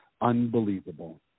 Unbelievable